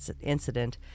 incident